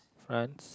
France